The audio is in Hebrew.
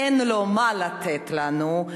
אין לו מה לתת לנו,